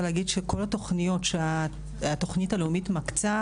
להגיד שכל התוכניות שהתוכנית הלאומית מקצה,